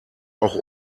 auch